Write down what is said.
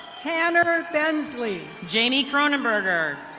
tanner vensley. janey cronenburger.